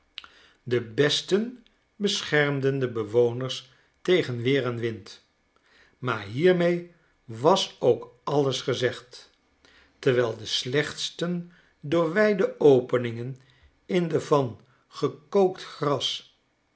de besten beschermdende bewoners tegen weer en wind maar hiermee was ook alles gezegd terwijl de slechtsten door wijde openingen in de van gekookt gras